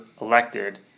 elected